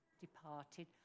departed